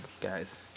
guys